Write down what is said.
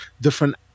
different